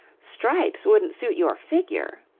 stripes wouldn't suit your figure.